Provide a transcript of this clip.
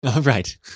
Right